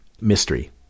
mystery